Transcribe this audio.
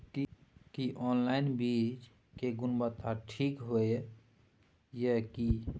की online बीज के गुणवत्ता ठीक होय ये की?